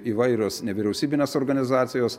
įvairios nevyriausybinės organizacijos